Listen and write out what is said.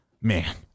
man